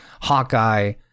Hawkeye